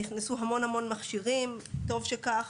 נכנסו המון מכשירים וטוב שכך.